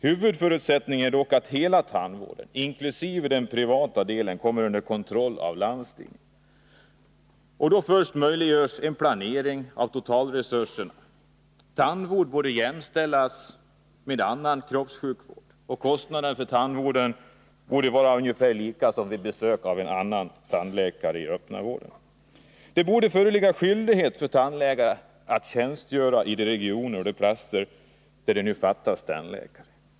Huvudförutsättningen är dock att hela tandvården, inkl. den privata delen, kommer under kontroll av landstingen. Då först möjliggörs en planering av totalresurserna. Tandvård borde jämställas med annan kroppssjukvård, och kostnaderna för tandvården borde vara ungefär desamma som för besök hos annan läkare i den öppna vården. Det borde föreligga skyldighet för tandläkare att tjänstgöra i de regioner och på de platser där det nu fattas tandläkare.